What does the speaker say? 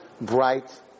bright